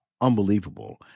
unbelievable